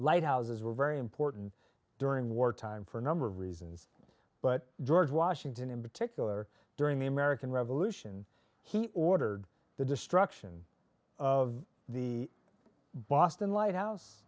lighthouses were very important during wartime for a number of reasons but george washington in particular during the american revolution he ordered the destruction of the boston lighthouse